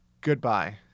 Goodbye